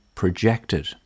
projected